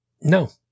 No